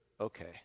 okay